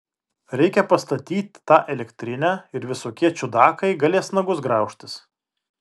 reikia pastatyt tą elektrinę ir visokie čiudakai galės nagus graužtis